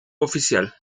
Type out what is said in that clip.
oficial